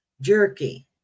jerky